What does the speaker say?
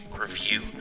review